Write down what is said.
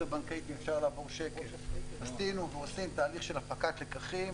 הבנקאית עשינו ועושים תהליך של הפקת לקחים,